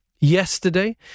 yesterday